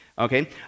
Okay